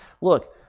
look